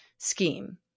scheme